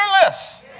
Fearless